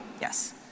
Yes